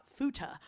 futa